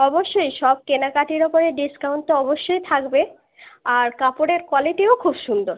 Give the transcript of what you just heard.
অবশ্যই সব কেনাকাটির ওপরে ডিসকাউন্ট তো অবশ্যই থাকবে আর কাপড়ের কোয়ালিটিও খুব সুন্দর